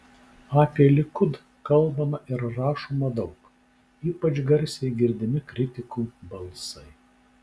apie likud kalbama ir rašoma daug ypač garsiai girdimi kritikų balsai